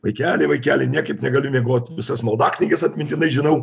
vaikeli vaikeli niekaip negaliu miegot visas maldaknyges atmintinai žinau